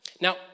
Now